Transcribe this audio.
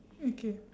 okay